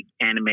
anime